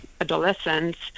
adolescents